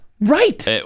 Right